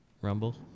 Rumble